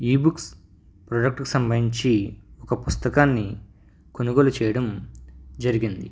ebooks ప్రొడెక్టుకు సంబంధించి ఒక పుస్తకాన్ని కొనుగోలు చేయడం జరిగింది